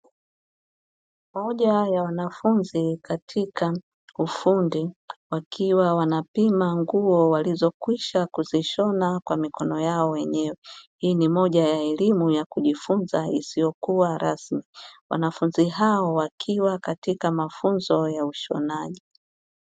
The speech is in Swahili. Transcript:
Moja ya wanafunzi katika ufundi, wakiwa wanapima nguo walizokwisha kuzishona kwa mikoni yao wenyewe. Hii ni moja ya elimu ya kujifunza isiyokuwa rasmi, wanafunzi hawa wakiwa katika mafunzo ya ushonaji.